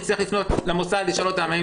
נצטרך לפנות למוסד לביטוח לאומי לשאול אותם האם